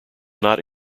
not